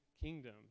kingdom